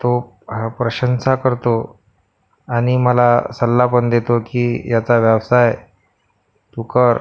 तो हं प्रशंसा करतो आणि मला सल्लापण देतो की याचा व्यवसाय तू कर